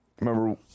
remember